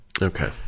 Okay